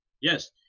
yes